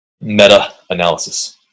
meta-analysis